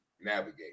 navigate